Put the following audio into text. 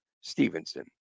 Stevenson